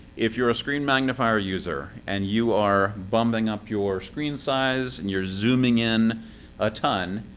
if you're a screen magnifier user, and you are bumping up your screen size, and you're zooming in a ton,